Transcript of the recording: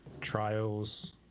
Trials